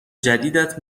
جدیدت